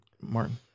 Martin